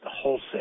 wholesale